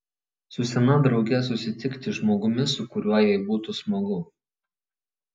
su sena drauge susitikti žmogumi su kuriuo jai būtų smagu